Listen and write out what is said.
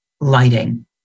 lighting